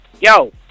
Yo